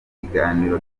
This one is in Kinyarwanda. ikiganiro